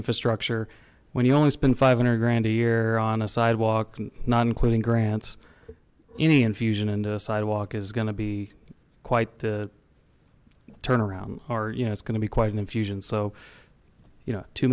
infrastructure when you only spend five hundred grand a year on a sidewalk not including grants any infusion into a sidewalk is going to be quite the turnaround are you know it's going to be quite an infusion so you know two